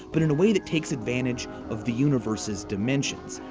but in a way that takes advantage of the universe's dimensions.